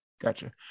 Gotcha